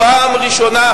פעם ראשונה,